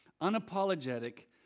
unapologetic